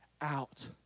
out